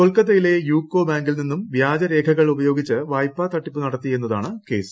കൊൽക്കത്തയിലെ യൂക്കോ ബാങ്കിൽ നിന്നും വ്യാജ രേഖകൾ ഉപയോഗിച്ച് വായ്പാ തട്ടിപ്പ് നടത്തി എന്നതാണ് കേസ്